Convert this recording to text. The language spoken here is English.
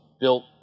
built